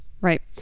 Right